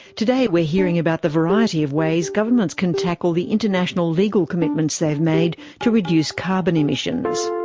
today we're hearing about the variety of ways governments can tackle the international legal commitments they've made to reduce carbon emissions.